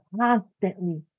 constantly